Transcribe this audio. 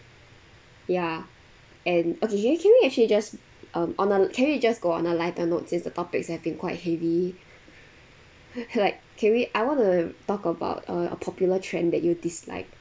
ya and okay can we can we actually just um on a can we just go on a lighter note since the topics have been quite heavy like can we I want to talk about uh a popular trend that you dislike